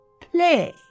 Play